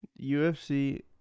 UFC